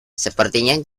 sepertinya